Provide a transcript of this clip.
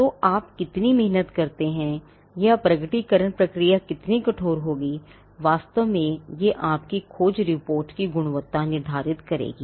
तो आप कितनी मेहनत करते हैं या प्रकटीकरण प्रक्रिया कितनी कठोर होगी वास्तव मेंये आपकी खोज रिपोर्ट की गुणवत्ता निर्धारित करेगी